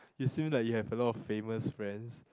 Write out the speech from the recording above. you seem like you have a lot of famous friends